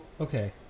okay